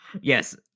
yes